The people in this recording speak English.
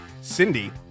Cindy